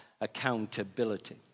accountability